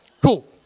Cool